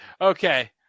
Okay